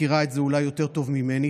את מכירה את זה אולי יותר טוב ממני,